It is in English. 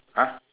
!huh!